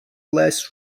less